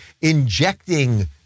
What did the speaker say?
injecting